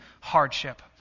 hardship